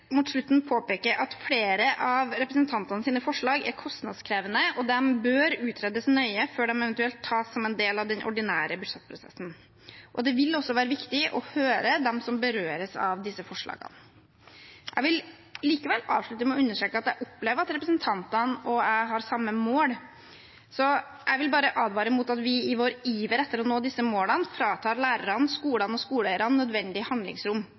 mot slutten påpeke at flere av representantenes forslag er kostnadskrevende, og de bør utredes nøye før de eventuelt tas som en del av den ordinære budsjettprosessen. Det vil også være viktig å høre dem som berøres av disse forslagene. Jeg vil likevel avslutte med å understreke at jeg opplever at representantene og jeg har samme mål, så jeg vil bare advare mot at vi i vår iver etter å nå disse målene fratar lærerne, skolene og skoleeierne nødvendig handlingsrom.